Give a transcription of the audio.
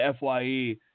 fye